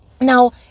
Now